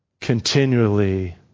continually